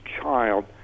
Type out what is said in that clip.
child